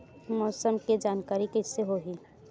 मौसम के जानकारी कइसे होही?